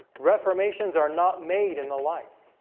reformation czar not made in the life